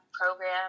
program